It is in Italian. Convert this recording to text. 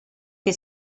che